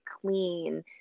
clean